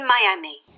Miami